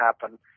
happen